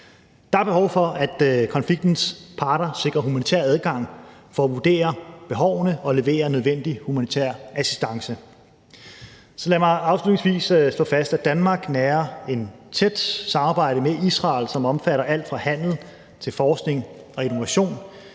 Der er behov for, at konfliktens parter sikrer humanitær adgang for at vurdere behovene og levere nødvendig humanitær assistance. Lad mig afslutningsvis slå fast, at Danmark har et tæt samarbejde med Israel, som omfatter alt fra handel til forskning og innovation.